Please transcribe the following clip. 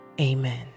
amen